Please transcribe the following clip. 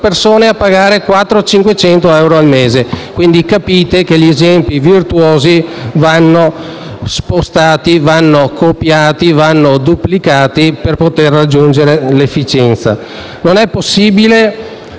Non è possibile